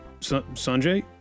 Sanjay